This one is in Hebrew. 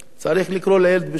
אל-בַּרְדַעַה, צריך לקרוא לילד בשמו.